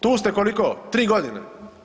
Tu ste koliko, 3 godine.